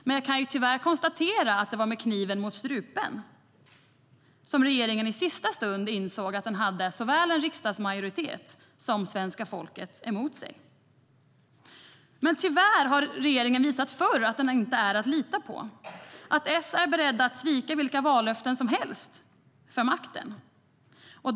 Men jag kan tyvärr konstatera att det var med kniven mot strupen som regeringen i sista stund insåg att den hade såväl en riksdagsmajoritet som svenska folket emot sig. Tyvärr har regeringen visat förr att den inte är att lita på. Socialdemokraterna är beredda att svika vilka vallöften som helst för makten.